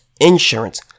insurance